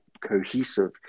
cohesive